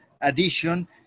addition